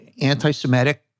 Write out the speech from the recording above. anti-Semitic